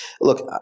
Look